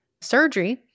surgery